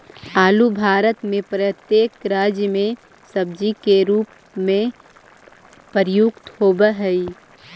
आलू भारत में प्रत्येक राज्य में सब्जी के रूप में प्रयुक्त होवअ हई